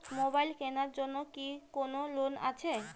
Mobile কেনার জন্য কি কোন লোন আছে?